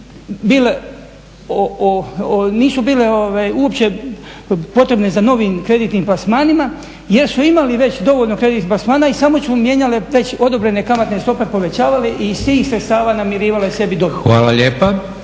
nisu bile uopće potrebne za novim kreditnim plasmanima jer su imale već dovoljno kreditnih plasmana i samo su mijenjale već odobrene kamatne stope povećavale i iz tih sredstava namirivale sebi dobit.